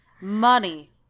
Money